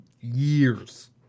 years